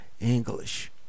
English